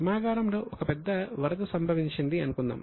కర్మాగారంలో ఒక పెద్ద వరద సంభవించింది అనుకుందాం